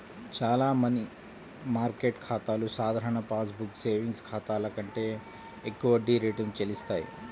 చాలా money market ఖాతాలు సాధారణ పాస్ బుక్ సేవింగ్స్ ఖాతాల కంటే ఎక్కువ వడ్డీ రేటును చెల్లిస్తాయి